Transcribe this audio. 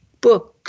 books